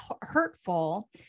hurtful